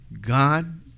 God